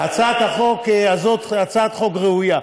הצעת החוק הזאת היא הצעת חוק ראויה.